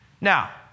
Now